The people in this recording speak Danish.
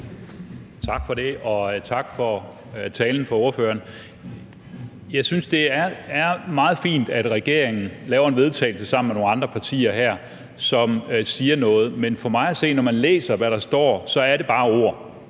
Tak for det, og tak til ordføreren for talen. Jeg synes, det er meget fint, at regeringen laver et forslag til vedtagelse sammen med nogle andre partier her, som siger noget. Men for mig at se er det, når man læser, hvad der står, bare ord